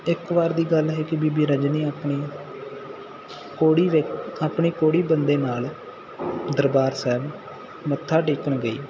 ਇੱਕ ਵਾਰ ਦੀ ਗੱਲ ਹੈ ਕਿ ਬੀਬੀ ਰਜਨੀ ਆਪਣੀ ਕੋਹੜੀ ਵਿਅਕ ਆਪਣੇ ਕੋਹੜੀ ਬੰਦੇ ਨਾਲ ਦਰਬਾਰ ਸਾਹਿਬ ਮੱਥਾ ਟੇਕਣ ਗਈ